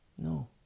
No